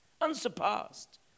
Unsurpassed